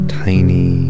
tiny